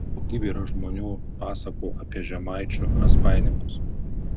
daugybė yra žmonių pasakų apie žemaičių razbaininkus